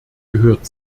gehört